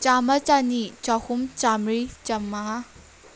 ꯆꯥꯝꯃ ꯆꯅꯤ ꯆꯍꯨꯝ ꯆꯥꯝꯃꯔꯤ ꯆꯥꯝꯃꯉꯥ